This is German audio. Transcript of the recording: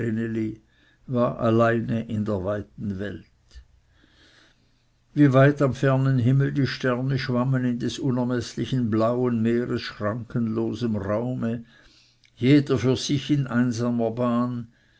alleine in der weiten welt wie weit am fernen himmel die sterne schwammen in des unermeßlichen blauen meeres schrankenlosem raume jeder für sich in einsamer bahn